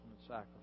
sacrifice